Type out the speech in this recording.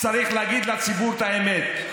צריך להגיד לציבור את האמת.